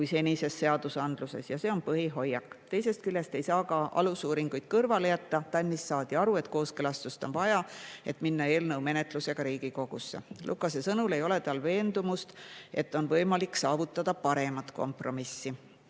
kui senises seadusandluses. Ja see on põhihoiak. Teisest küljest ei saa ka alusuuringuid kõrvale jätta. TAN-is saadi aru, et kooskõlastust on vaja, et minna eelnõu menetlusega Riigikogusse. Lukase sõnul ei ole ta veendunud, et on võimalik saavutada paremat kompromissi.